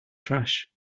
trash